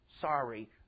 Sorry